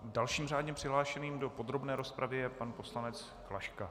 Dalším řádně přihlášeným do podrobné rozpravy je pan poslanec Klaška.